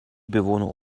bewohner